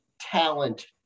talent